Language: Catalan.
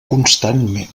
constantment